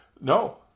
No